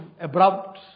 abrupt